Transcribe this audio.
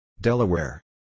Delaware